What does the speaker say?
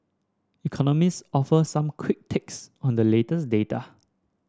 economists offer some quick takes on the latest data